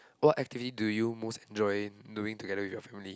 what activity do you most enjoy doing together with your family